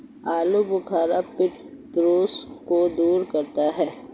आलूबुखारा पित्त दोष को दूर करता है